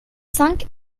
cinq